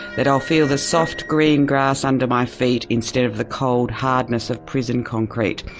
that i'll feel the soft green grass under my feet instead of the cold hardness of prison concrete'.